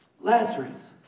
Lazarus